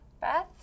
beth